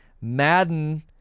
Madden